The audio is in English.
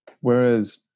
Whereas